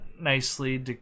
nicely